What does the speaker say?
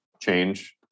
change